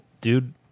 dude